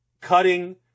Cutting